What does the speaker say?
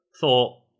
thought